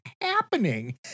happening